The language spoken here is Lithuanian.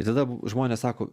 ir tada žmonės sako